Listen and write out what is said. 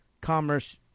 commerce